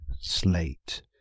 slate